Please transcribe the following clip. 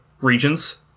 regions